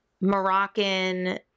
Moroccan